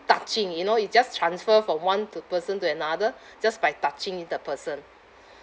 touching you know it just transfer from one to person to another just by touching the person